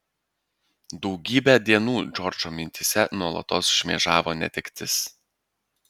daugybę dienų džordžo mintyse nuolatos šmėžavo netektis